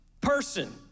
Person